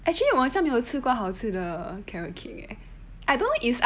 actually 我好像没有吃过好吃的 carrot cake eh